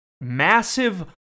massive